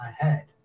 ahead